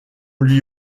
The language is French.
lui